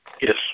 Yes